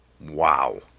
wow